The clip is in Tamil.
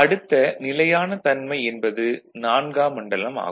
அடுத்த நிலையானத் தன்மை என்பது 4ம் மண்டலம் ஆகும்